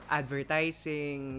advertising